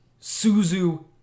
Suzu